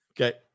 Okay